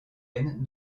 end